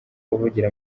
avugira